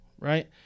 right